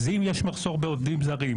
אז אם יש מחסור בעובדים זרים,